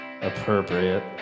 appropriate